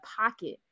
pocket